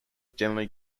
generally